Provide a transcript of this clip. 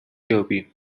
یابیم